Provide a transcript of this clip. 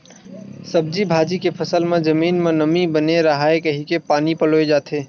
सब्जी भाजी के फसल म जमीन म नमी बने राहय कहिके पानी पलोए जाथे